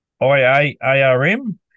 IAARM